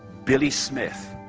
billy smith,